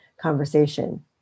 conversation